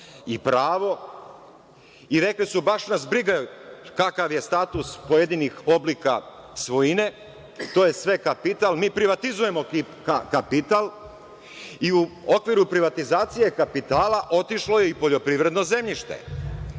i pravo i rekli su baš nas briga kakav je status pojedinih oblika svojine. To je sve kapital, mi privatizujemo kapital i u okviru privatizacije kapitala otišlo je i poljoprivredno zemljište.